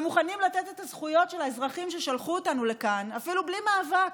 ומוכנים לתת את הזכויות של האזרחים ששלחו אותנו לכאן אפילו בלי מאבק,